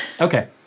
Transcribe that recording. Okay